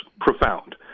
profound